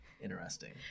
Interesting